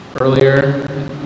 Earlier